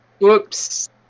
Whoops